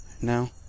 Now